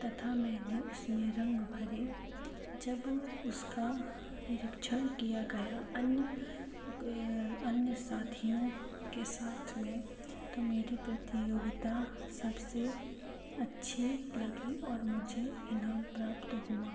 तथा मैंने उसमें रंग भरे जब उसका निरीक्षण किया गया अन अन्य साथियों के साथ में तो मेरी प्रतियोगिता सब से अच्छी लगी और मुझे इनाम प्राप्त हुआ